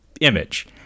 image